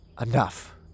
Enough